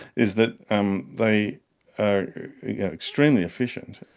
is that um they are extremely efficient,